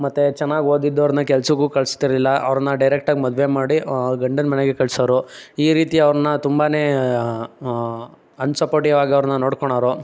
ಮತ್ತು ಚೆನ್ನಾಗಿ ಓದಿದ್ದವ್ರನ್ನ ಕೆಲಸಕ್ಕೂ ಕಳ್ಸ್ತಿರಲಿಲ್ಲ ಅವರನ್ನ ಡೈರೆಕ್ಟಾಗಿ ಮದುವೆ ಮಾಡಿ ಗಂಡನ ಮನೆಗೆ ಕಳ್ಸೋರು ಈ ರೀತಿ ಅವ್ರನ್ನ ತುಂಬಾ ಅನ್ಸಪೋರ್ಟಿವಾಗಿ ಅವ್ರನ್ನ ನೋಡ್ಕಳೋರು